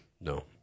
No